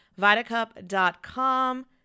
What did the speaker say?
Vitacup.com